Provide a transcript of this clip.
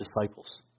disciples